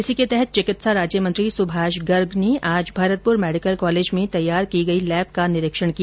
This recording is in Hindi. इसी के तहत चिकित्सा राज्य मंत्री सुभाष गर्ग ने आज भरतपुर मेडिकल कॉलेज में तैयार की गई लैब का निरीक्षण किया